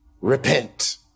Repent